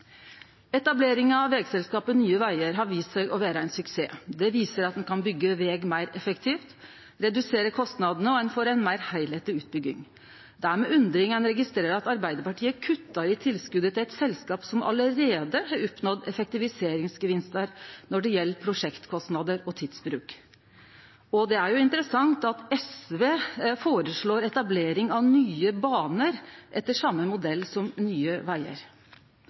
Etableringa av vegselskapet Nye Vegar har vist seg å vere ein suksess. Det viser at ein kan byggje veg meir effektivt og redusere kostnadene, og ein får ei meir heilskapleg utbygging. Det er med undring ein registrerer at Arbeidarpartiet kuttar i tilskot til eit selskap som allereie har oppnådd effektiviseringsgevinstar når det gjeld prosjektkostnader og tidsbruk. Det er interessant at SV føreslår etablering av Nye Baner, etter same modell som Nye